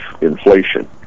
inflation